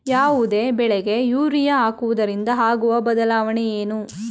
ಯಾವುದೇ ಬೆಳೆಗೆ ಯೂರಿಯಾ ಹಾಕುವುದರಿಂದ ಆಗುವ ಬದಲಾವಣೆ ಏನು?